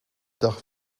dag